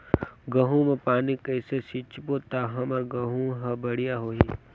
गहूं म पानी कइसे सिंचबो ता हमर गहूं हर बढ़िया होही?